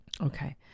Okay